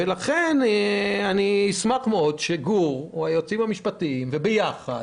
לכן אשמח מאוד שגור או היועצים המשפטיים וביחד